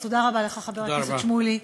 אז תודה לך, חבר הכנסת איציק שמולי.